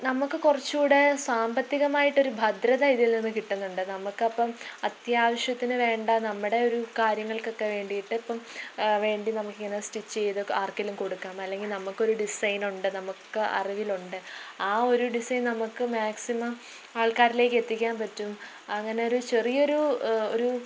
നമ്മൾക്ക് കുറച്ചൂ ക്ടൂടെ സാമ്പത്തികമായിട്ട് അവർ ഭദ്രത ഇതില് നിന്ന് കിട്ടുന്നുണ്ട് നമ്മൾക്ക് മ്അമ്ത്യുവശ്യത്തിന് വേണ്ട നമ്മുടെയൊരു കാര്യങ്ങള്ക്കെക്കെ വേണ്ടിയിട്ട് ഇപ്പം വേണ്ടി നമക്കിങ്ങനെ സ്റ്റിച്ച് ചെയ്തു ആര്ക്കേലും കൊടുക്കാം അല്ലെങ്കിൽ നമ്മൾക്ക് ഒരു ഡിസൈനുണ്ട് നമ്മൾക്ക് അറിവിലുണ്ട് ആ ഒരു ഡിസൈന് നമുക്ക് മക്സിമം ക്ക് മാക്സിമം ആള്ക്കാരിലേക്ക എത്തിക്കാന് പറ്റും അങ്ങനെ ഒരു ചെറിയ ഒരു ഒരു